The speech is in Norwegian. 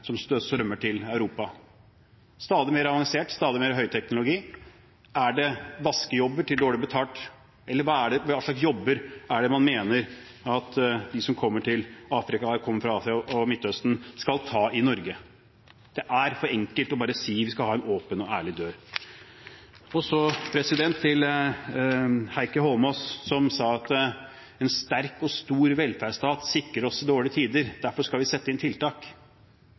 stadig mer avansert og med stadig mer høyteknologi? Er det dårlig betalte vaskejobber, eller hva slags jobber er det man mener at de som kommer fra Afrika og Midtøsten, skal få i Norge? Det er for enkelt bare å si at vi skal ha en åpen og ærlig dør. Så til Heikki Holmås, som sa at en sterk og stor velferdsstat sikrer oss i dårlige tider, derfor skal vi sette inn tiltak.